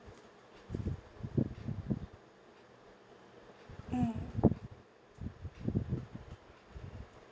mm